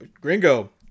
Gringo